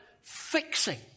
fixing